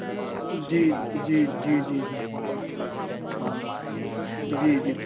जी जी जी जी जी जी हा जी जी